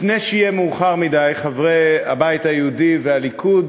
לפני שיהיה מאוחר מדי, חברי הבית היהודי והליכוד,